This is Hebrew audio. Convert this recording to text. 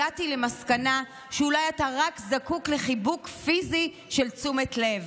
הגעתי למסקנה שאולי אתה רק זקוק לחיבוק פיזי של תשומת לב.